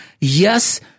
Yes